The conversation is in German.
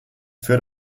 führt